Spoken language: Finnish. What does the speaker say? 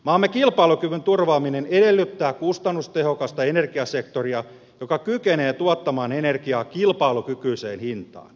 maamme kilpailukyvyn turvaaminen edellyttää kustannustehokasta energiasektoria joka kykenee tuottamaan energiaa kilpailukykyiseen hintaan